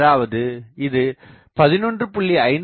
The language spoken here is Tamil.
அதாவது இது 11